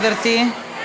גברתי.